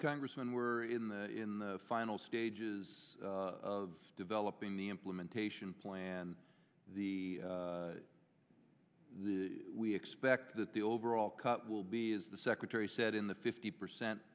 congress when we're in the in the annele stages of developing the implementation plan the we expect that the overall cut will be as the secretary said in the fifty percent